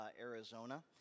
Arizona